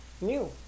new